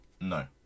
no